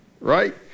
right